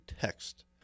text